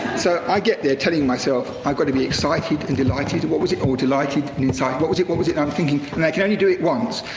so i get there, telling myself, i've got to be excited and delighted. what was it, or delighted, and inside. what was it, what was it. now i'm thinking, and i can only do it once.